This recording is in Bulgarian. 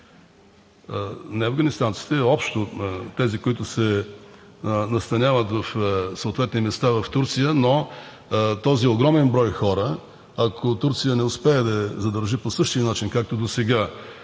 не афганистанците, а общо тези, които се настаняват в съответни места в Турция, но този огромен брой хора, ако Турция не успее да ги задържи по същия начин, както досега